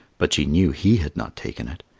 but she knew he had not taken it.